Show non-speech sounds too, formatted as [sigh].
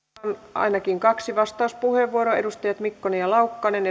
ainakin kaksi vastauspuheenvuoroa edustajat mikkonen ja laukkanen [unintelligible]